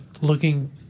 looking